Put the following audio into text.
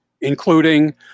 including